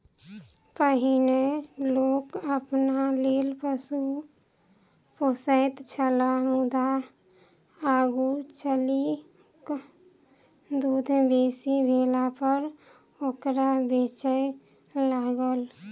पहिनै लोक अपना लेल पशु पोसैत छल मुदा आगू चलि क दूध बेसी भेलापर ओकरा बेचय लागल